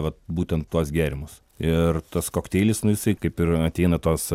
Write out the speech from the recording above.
vat būtent tuos gėrimus ir tas kokteilis nu jisai kaip ir ateina tos